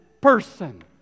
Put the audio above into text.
person